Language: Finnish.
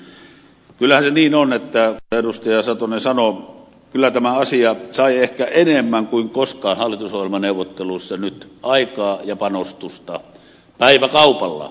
kyllähän se niin on kuten edustaja satonen sanoi että kyllä tämä asia sai ehkä enemmän kuin koskaan hallitusohjelmaneuvotteluissa nyt aikaa ja panostusta päiväkaupalla